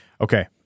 Okay